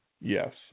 Yes